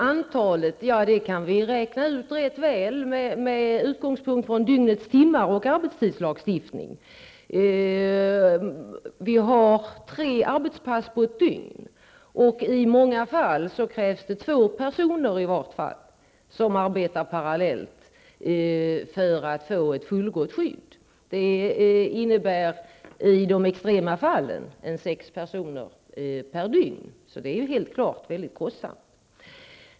Antalet kan vi räkna ut rätt bra med utgångspunkt från dygnets timmar och arbetstidslagstiftningen. Vi har tre arbetspass på ett dygn. I många fall krävs det två personer som arbetar parallellt för att få ett fullgott skydd. Det innebär i de extrema fallen sex personer per dygn. Det är alltså mycket kostsamt.